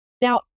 Now